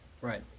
Right